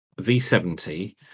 V70